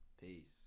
Peace